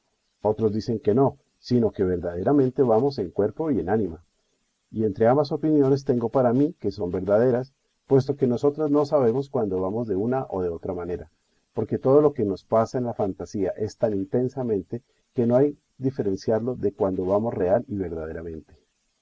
otros dicen que no sino que verdaderamente vamos en cuerpo y en ánima y entrambas opiniones tengo para mí que son verdaderas puesto que nosotras no sabemos cuándo vamos de una o de otra manera porque todo lo que nos pasa en la fantasía es tan intensamente que no hay diferenciarlo de cuando vamos real y verdaderamente